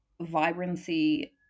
vibrancy